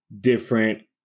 different